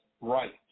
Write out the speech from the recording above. right